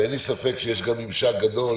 אין לי ספק שיש גם ממשק גדול